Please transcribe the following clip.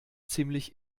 ziemlich